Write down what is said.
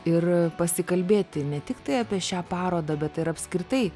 ir pasikalbėti ne tiktai apie šią parodą bet ir apskritai